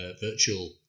virtual